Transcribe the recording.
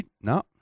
no